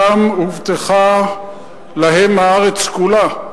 שם הובטחה להם הארץ כולה,